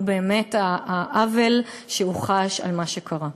היא העוול שהוא חש במה שקרה.